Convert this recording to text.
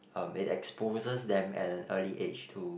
um it exposes them at an early age to